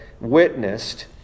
witnessed